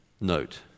note